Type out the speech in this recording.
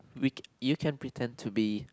we you can pretend to be